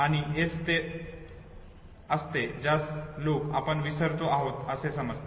आणि हेच ते असते ज्यास लोक आपण विसरतो आहोत असे समजतात